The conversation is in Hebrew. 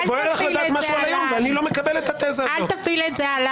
אל תפיל את זה עליי.